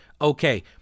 Okay